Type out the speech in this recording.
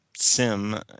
Sim